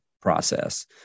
process